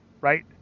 right